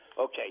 okay